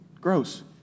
gross